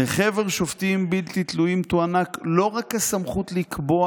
"לחבר שופטים בלתי תלויים תוענק לא רק הסמכות לקבוע,